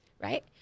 Right